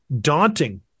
daunting